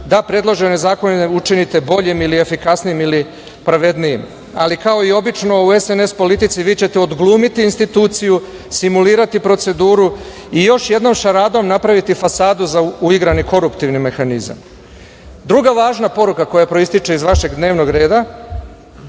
da predložene zakone učinite boljim ili efikasnijim ili pravednijim, ali kao i obično u SNS politici vi ćete odglumiti instituciju, simulirati proceduru i još jednom šaradom napraviti fasadu za uigrani koruptivni mehanizam. Druga važna poruka koja proističe iz vašeg dnevnog reda,